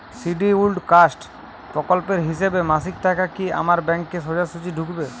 Scheduled caste প্রকল্পের হিসেবে মাসিক টাকা কি আমার ব্যাংকে সোজাসুজি ঢুকবে?